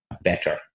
better